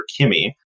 Kimmy